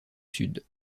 sud